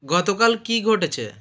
গতকাল কী ঘটেছে